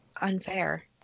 unfair